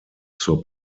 zur